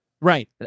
Right